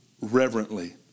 reverently